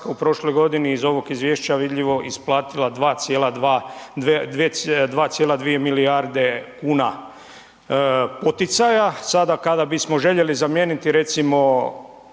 u prošloj godini iz ovog izvješća je vidljivo isplatila 2,2 milijarde kuna poticaja. Sada kada bismo željeli zamijeniti recimo